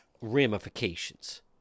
ramifications